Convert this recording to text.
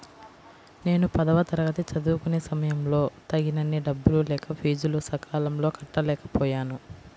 నేను పదవ తరగతి చదువుకునే సమయంలో తగినన్ని డబ్బులు లేక ఫీజులు సకాలంలో కట్టలేకపోయాను